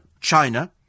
China